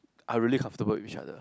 I really comfortable with each other